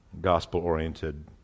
gospel-oriented